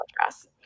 address